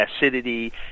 acidity